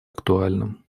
актуальным